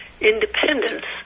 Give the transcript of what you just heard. independence